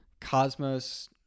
cosmos